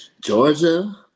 Georgia